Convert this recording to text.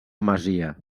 masia